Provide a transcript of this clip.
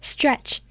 Stretch